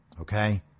okay